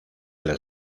las